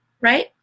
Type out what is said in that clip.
Right